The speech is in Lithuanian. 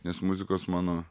nes muzikos mano